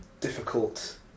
difficult